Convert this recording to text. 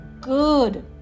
good